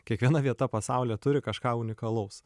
kiekviena vieta pasaulyje turi kažką unikalaus